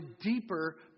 deeper